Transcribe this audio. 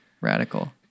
radical